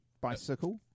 bicycle